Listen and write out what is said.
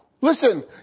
Listen